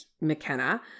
McKenna